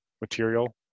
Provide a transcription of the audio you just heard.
material